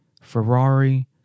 Ferrari